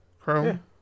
Chrome